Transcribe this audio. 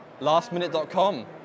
Lastminute.com